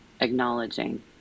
acknowledging